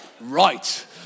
right